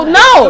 no